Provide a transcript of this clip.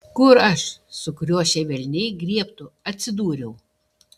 kur aš sukriošę velniai griebtų atsidūriau